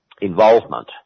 involvement